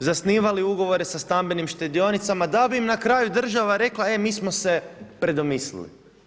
zasnivali ugovore sa stambenim štedionicama da bi im na kraju država rekla e, mi smo se predomislili.